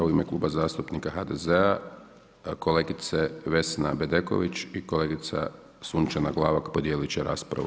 U ime Kluba zastupnika HDZ-a kolegice Vesna Bedeković i kolegica Sunčana Glavak podijelit će raspravu.